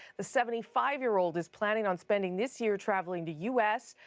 the seventy five year old is planning on spending this year travelling the u s.